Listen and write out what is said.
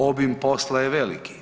Obim posla je veliki.